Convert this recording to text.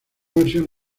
versión